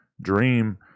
Dream